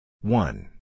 one